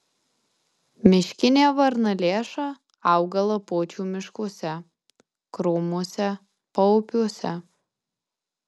miškinė varnalėša auga lapuočių miškuose krūmuose paupiuose